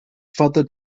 further